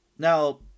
Now